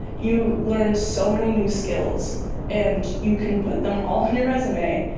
you learn so many new skills and you can put them all on your resume,